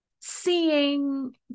seeing